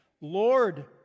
Lord